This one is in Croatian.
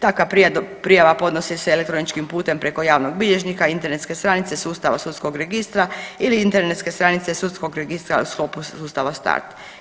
Takva prijava podnosi se elektroničkim putem preko javnog bilježnika, internetske stranice sustava sudskog registra ili internetske stranice sudskog registra u sklopu sustava START.